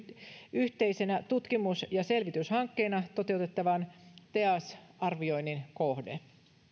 yhteisenä tutkimus ja selvityshankkeena toteutettavan teas arvioinnin kohde